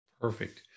Perfect